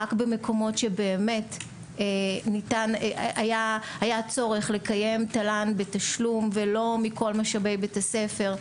רק במקומות שבאמת היה צורך לקיים תל"ן בתשלום ולא ממשאבי בית הספר,